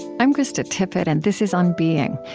i'm krista tippett, and this is on being.